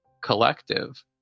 collective